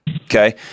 Okay